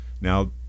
now